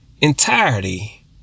entirety